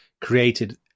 created